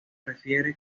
refiere